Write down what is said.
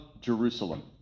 Jerusalem